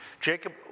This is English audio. Jacob